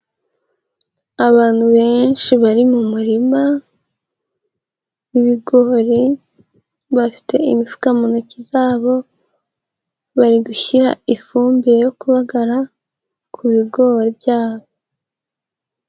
Abantu benshi bari mu murima w'ibigori, bafite imifuka mu ntoki zabo, bari gushyira ifumbire yo kubagara ku bigori byabo.